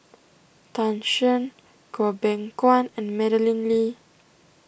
Tan Shen Goh Beng Kwan and Madeleine Lee